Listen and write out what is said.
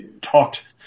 talked